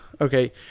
okay